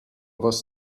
was